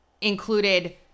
included